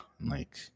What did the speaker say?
like-